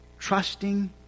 trusting